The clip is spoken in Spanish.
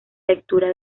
lectura